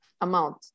amount